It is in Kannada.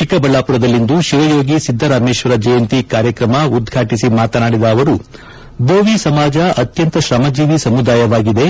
ಚಿಕ್ಕಬಳ್ಳಾಪುರದಲ್ಲಿಂದು ಶಿವಯೋಗಿ ಸಿದ್ದರಾಮೇಶ್ವರ ಜಯಂತಿ ಕಾರ್ಯಕ್ರಮ ಉದ್ವಾಟಿಸಿ ಮಾತನಾಡಿದ ಅವರು ಬೋವಿ ಸಮಾಜ ಅತ್ಯಂತ ಶ್ರಮಜೀವಿ ಸಮುದಾಯವಾಗಿದೆ